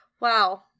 Wow